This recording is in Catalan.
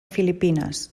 filipines